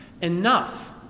enough